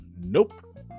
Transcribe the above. Nope